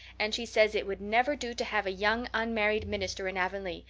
and she says it would never do to have a young unmarried minister in avonlea,